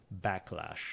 backlash